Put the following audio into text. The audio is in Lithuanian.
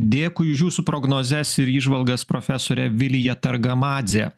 dėkui už jūsų prognozes ir įžvalgas profesorė vilija targamadzė